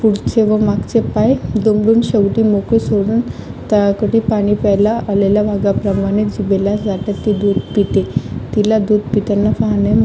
पुढचे व मागचे पाय दुमडून शेवटी मोकळे सोडून तळ्याकाठी पाणी प्यायला आलेल्या वाघाप्रमाणे जुबेल्यासारखं ती दूध पिते तिला दूध पिताना पाहणे